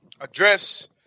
address